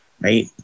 right